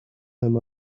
him